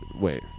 wait